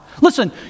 Listen